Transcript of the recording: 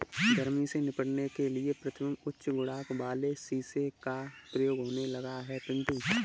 गर्मी से निपटने के लिए प्रतिबिंब उच्च गुणांक वाले शीशे का प्रयोग होने लगा है पिंटू